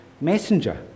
messenger